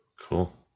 Cool